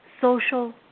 social